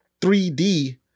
3D